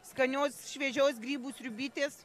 skanios šviežios grybų sriubytės